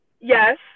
Yes